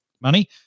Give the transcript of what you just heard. Money